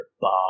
Bob